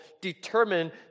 determine